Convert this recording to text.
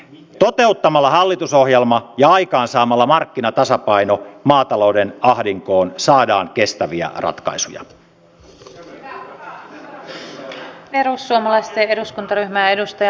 toteuttamalla hallitusohjelma ja aikaansaamalla markkinatasapaino maatalouden ahdinkoon saadaan kestäviä ratkaisuja